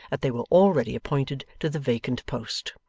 that they were already appointed to the vacant post.